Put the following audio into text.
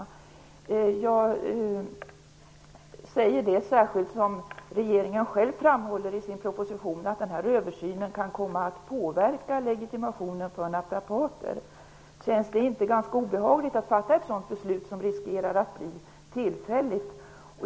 Jag säger detta särskilt som regeringen själv framhåller i sin proposition att översynen kan komma att påverka legitimationen för naprapater. Känns det inte obehagligt att fatta ett beslut som riskerar att bli tillfälligt?